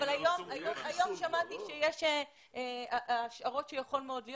אבל היום שמעתי שיש השערות שיכול מאוד להיות